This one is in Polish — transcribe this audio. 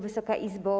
Wysoka Izbo!